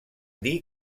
dir